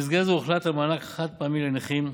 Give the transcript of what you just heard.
במסגרת זו הוחלט על מענק חד-פעמי לנכים,